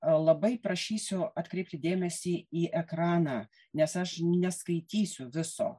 labai prašysiu atkreipti dėmesį į ekraną nes aš neskaitysiu viso